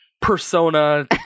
persona